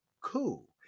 Cool